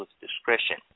discretion